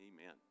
Amen